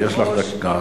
יש לך דקה.